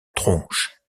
tronche